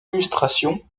illustration